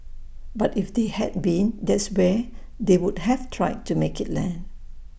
but if they had been that's where they would have tried to make IT land